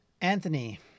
Anthony